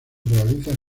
realizan